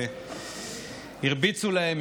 הרביצו להם,